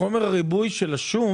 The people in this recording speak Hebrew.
עיבוי לשום